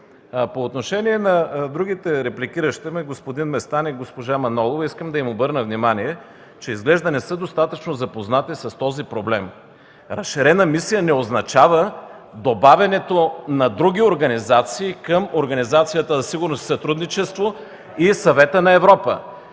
По отношение на другите репликиращи ме – господин Местан, и госпожа Манолова, искам да им обърна внимание, че изглежда не са достатъчно запознати с този проблем. Разширена мисия не означава добавянето на други организации към Организацията за сигурност и сътрудничество и Съвета на Европа.